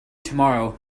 tomorrow